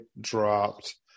dropped